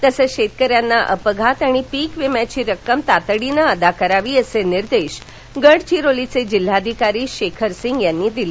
तसंघ शेतकऱ्यांना अपघात आणि पीक विम्याची रक्कम तातडीने अदा करावी असे निर्देश गडघिरोलीचे जिल्हाधिकारी शेखर सिंह यांनी दिले